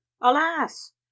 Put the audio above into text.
alas